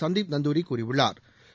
Sandeep நந்தூரிகூறியுள்ளா்